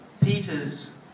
Peter's